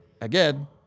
Again